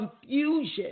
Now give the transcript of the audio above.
confusion